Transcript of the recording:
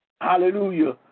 hallelujah